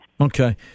Okay